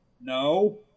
No